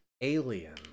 Alien